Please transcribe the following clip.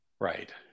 Right